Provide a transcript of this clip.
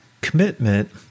commitment